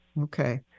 Okay